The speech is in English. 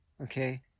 okay